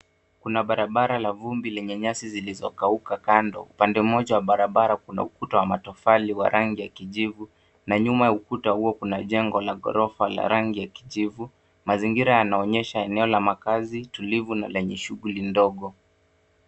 Kuna barabara la vumbi lenye nyasi zilizokauka kando, upande mmoja wa barabara kuna ukuta wa matofali wa rangi ya kijivu na nyuma ya ukuta huo kuna jengo la ghorofa la rangi ya kijivu. Mazingira yanaonyesha eneo la makazi tulivyo na lenye shughuli ndogo.